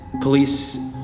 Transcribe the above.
police